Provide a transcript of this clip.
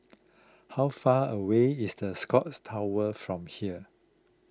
how far away is the Scotts Tower from here